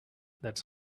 that’s